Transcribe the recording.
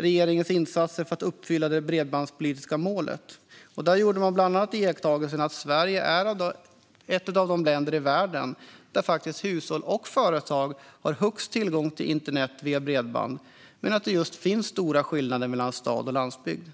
Regeringens insatser för att uppfylla det bredbandspolitiska målet . Där gör man iakttagelsen att Sverige är ett av de länder i världen där hushåll och företag har störst tillgång till internet via bredband men att det finns stora skillnader mellan stad och landsbygd.